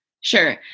Sure